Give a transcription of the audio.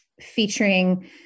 featuring